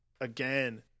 again